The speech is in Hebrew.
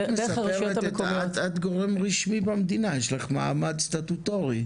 את גורם רשמי במדינה, יש לך מעמד סטטוטורי.